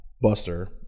Buster